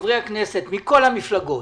חברי הכנסת מכל המפלגות,